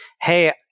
hey